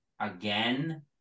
again